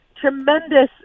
tremendous